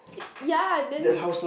ya then